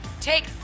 Take